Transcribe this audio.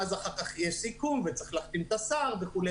ואחר כך יש סיכום וצריך להחתים את השר וכו'.